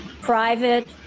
private